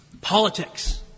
Politics